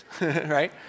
right